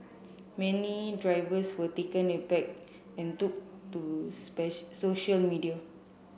many drivers were taken aback and took to social media